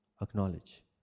Acknowledge